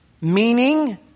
meaning